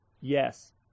Yes